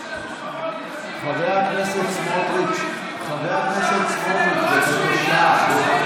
חבר הכנסת סמוטריץ', חבר הכנסת סמוטריץ', בבקשה.